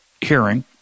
hearing